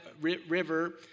river